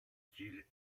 qu’il